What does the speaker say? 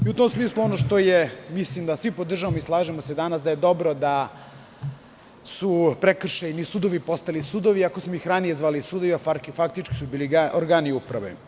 U tom smislu, ono što je, mislim da svi podržavamo i slažemo se danas, je dobro jeste da su prekršajni sudovi postali sudovi, iako smo ih ranije zvali sudovi, faktički su bili organi uprave.